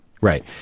Right